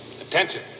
Attention